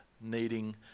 needing